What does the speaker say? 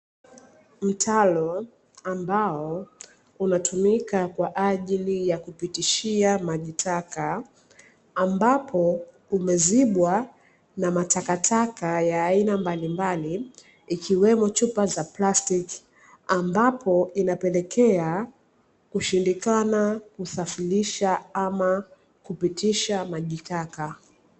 Mtaro ambao unatumika kwa ajili ya kupitishia maji taka, ambapo umezibwa na matakataka ya aina mbalimbali ikiwemo chupa za plastiki ambapo inapelekea kushindikana kusafirisha ama kupitisha maji taka.